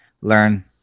learn